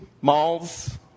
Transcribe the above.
malls